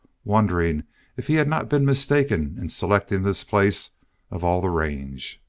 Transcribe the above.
wondering if he had not been mistaken in selecting this place of all the range.